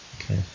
Okay